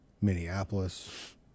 Minneapolis